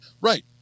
Right